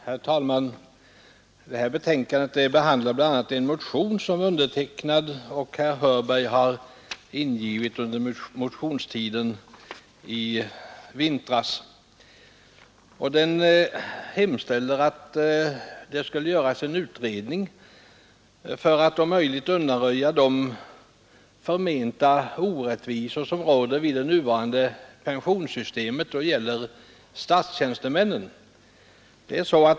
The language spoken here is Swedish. Herr talman! I inrikesutskottets betänkande nr 33 behandlas bl.a. en motion inlämnad av mig själv och av herr Hörberg under den allmänna motionstiden i vintras. I motionen hemställs om en utredning för att om möjligt undanröja de påtalade orättvisor som är förenade med det nuvarande pensionssystemet för statstjänstemän.